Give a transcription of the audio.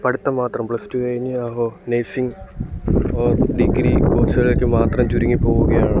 പഠിത്തം മാത്രം plus two കഴിഞ്ഞ് ആ ഓ നഴ്സിങ്ങ് ഓർ ഡിഗ്രി കോഴ്സുകളിലേക്ക് മാത്രം ചുരുങ്ങി പോവുകയാണ്